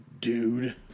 dude